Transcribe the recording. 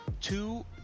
Two